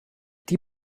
die